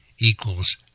equals